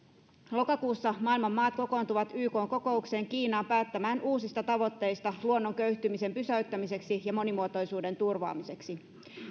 lokakuussa maailman maat kokoontuvat ykn kokoukseen kiinaan päättämään uusista tavoitteista luonnon köyhtymisen pysäyttämiseksi ja monimuotoisuuden turvaamiseksi